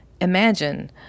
imagine